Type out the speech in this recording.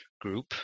group